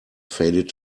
faded